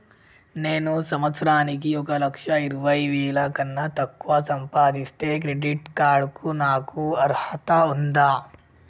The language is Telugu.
నేను సంవత్సరానికి ఒక లక్ష ఇరవై వేల కన్నా తక్కువ సంపాదిస్తే క్రెడిట్ కార్డ్ కు నాకు అర్హత ఉందా?